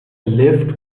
lift